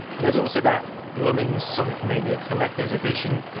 there's also that bloomin' sonic mania collectors edition.